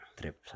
trip